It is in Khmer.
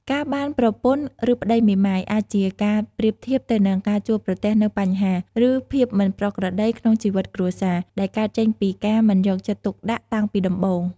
ការបានប្រពន្ធឫប្ដីមេម៉ាយ អាចជាការប្រៀបធៀបទៅនឹងការជួបប្រទះនូវបញ្ហា ឬភាពមិនប្រក្រតីក្នុងជីវិតគ្រួសារ ដែលកើតចេញពីការមិនយកចិត្តទុកដាក់តាំងពីដំបូង។